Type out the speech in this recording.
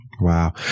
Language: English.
Wow